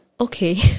okay